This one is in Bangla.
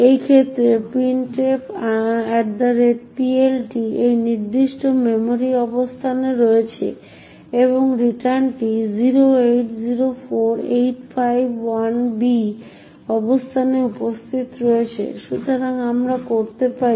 এই ক্ষেত্রে printfPLT এই নির্দিষ্ট মেমরি অবস্থানে রয়েছে এবং রিটার্নটি 0804851b অবস্থানে উপস্থিত রয়েছে সুতরাং আমরা করতে পারি